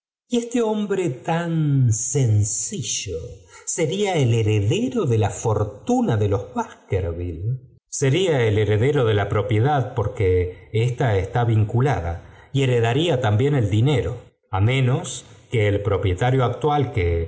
y este hombre tan sencillo sería el heredero de la fortuna de los baskerville sería el heredero de la propiedad porque ésta está vinculada y heredaría también el dinero á menos que el propietario actual que